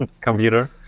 computer